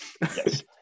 Yes